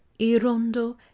Irondo